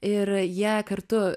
ir jie kartu